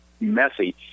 messy